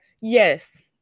Yes